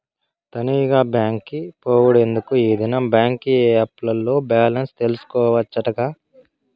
తనీగా బాంకి పోవుడెందుకూ, ఈ దినం బాంకీ ఏప్ ల్లో బాలెన్స్ తెల్సుకోవచ్చటగా